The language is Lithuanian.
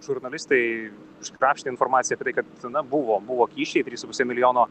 žurnalistai iškrapštė informaciją kad na buvo buvo kyšiai trys su puse milijono